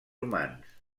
humans